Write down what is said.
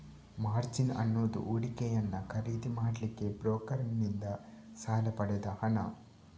margin ಅನ್ನುದು ಹೂಡಿಕೆಯನ್ನ ಖರೀದಿ ಮಾಡ್ಲಿಕ್ಕೆ ಬ್ರೋಕರನ್ನಿಂದ ಸಾಲ ಪಡೆದ ಹಣ